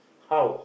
how